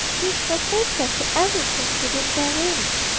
which were fatal to everything within their range.